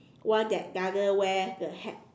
one that doesn't wear the hat